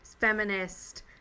feminist